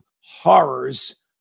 horrors